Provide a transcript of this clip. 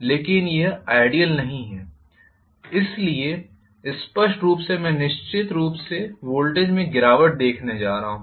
लेकिन यह आइडीयल नहीं है इसलिए स्पष्ट रूप से मैं निश्चित रूप से वोल्टेज में एक गिरावट देखने जा रहा हूं